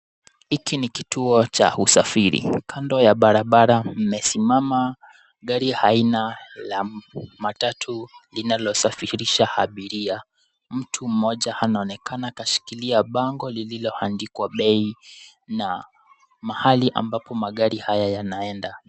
Hiki ni kituo cha usafiri. Kando ya barabara mmesimama gari aina la matatu linalosafirisha abiria. Mtu mmoja anaonekana kashikilia bango lililoandikwa bei na mahali ambapo magari haya yanaenda.